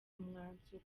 umwanzuro